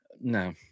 no